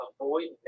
Avoid